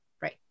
Right